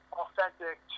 authentic